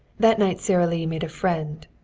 that night sara lee made a friend,